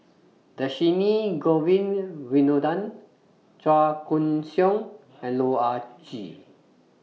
Dhershini Govin Winodan Chua Koon Siong and Loh Ah Chee